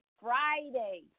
Friday